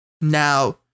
now